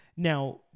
Now